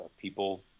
people